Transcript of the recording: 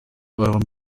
euren